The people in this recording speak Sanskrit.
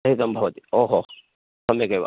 रहितं भवति ओहो सम्यक् एव